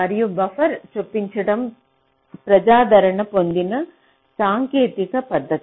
మరియు బఫర్ చొప్పించడం ప్రజాదరణ పొందిన సాంకేతిక పద్ధతి